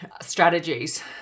strategies